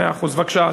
אדוני, בבקשה.